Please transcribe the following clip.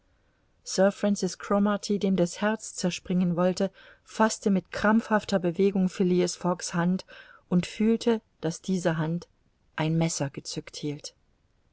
dem das herz zerspringen wollte faßte mit krampfhafter bewegung phileas fogg's hand und fühlte daß diese hand ein messer gezückt hielt